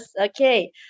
okay